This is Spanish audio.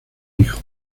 hijo